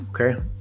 okay